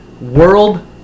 world